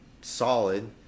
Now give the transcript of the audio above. solid